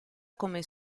come